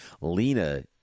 Lena